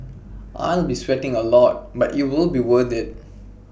I'll be sweating A lot but it'll be worth IT